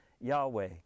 Yahweh